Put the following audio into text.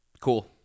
Cool